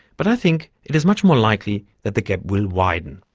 but i think it is much more likely that the gap will widen.